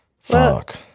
fuck